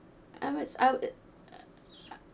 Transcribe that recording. I might I uh